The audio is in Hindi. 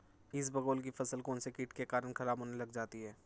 इसबगोल की फसल कौनसे कीट के कारण खराब होने लग जाती है?